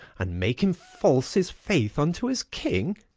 and make him false his faith unto his king,